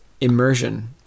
Immersion